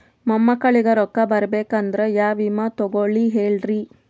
ಮೊಮ್ಮಕ್ಕಳಿಗ ರೊಕ್ಕ ಬರಬೇಕಂದ್ರ ಯಾ ವಿಮಾ ತೊಗೊಳಿ ಹೇಳ್ರಿ?